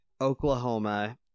Oklahoma